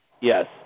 Yes